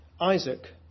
Isaac